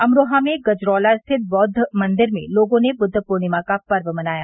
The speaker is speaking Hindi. अमरोहा में गजरौला स्थित बौद्व मंदिर में लोगों ने बुद्व पूर्णिमा का पर्व मनाया